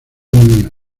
mío